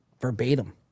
verbatim